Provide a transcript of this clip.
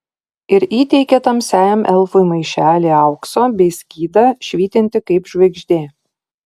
ir įteikė tamsiajam elfui maišelį aukso bei skydą švytintį kaip žvaigždė